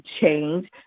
change